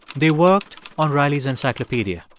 they worked on riley's encyclopedia.